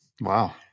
Wow